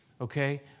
Okay